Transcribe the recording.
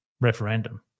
referendum